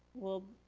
well,